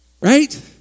Right